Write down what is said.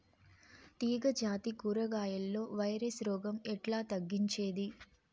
తీగ జాతి కూరగాయల్లో వైరస్ రోగం ఎట్లా తగ్గించేది?